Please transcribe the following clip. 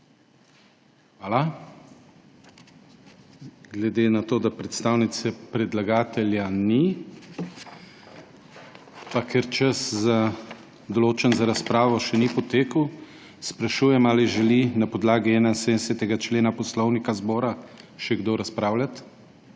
Hvala. Glede na to, da predstavnice predlagatelja ni pa ker čas, določen za razpravo, še ni potekel, sprašujem, ali želi na podlagi 71. člena Poslovnika Državnega zbora še kdo razpravljati.